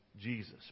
Jesus